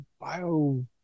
bio